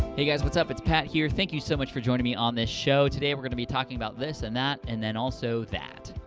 hey, guys, what's up? it's pat, here. thank you so much for joining me on this show. today, we're gonna be talking about this and that, and then also that.